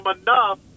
enough